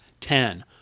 ten